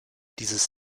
dieses